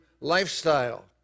lifestyle